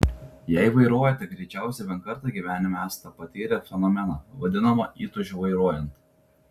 jei vairuojate greičiausiai bent kartą gyvenime esate patyrę fenomeną vadinamą įtūžiu vairuojant